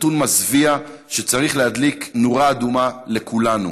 נתון מזוויע שצריך להדליק נורה אדומה לכולנו.